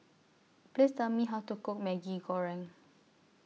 Please Tell Me How to Cook Maggi Goreng